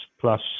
plus